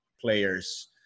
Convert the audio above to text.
players